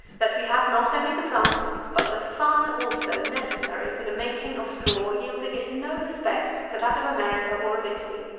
that we had not only the plants, but the sun also, necessary for the making of straw, yielding in no respect to that of america or of italy.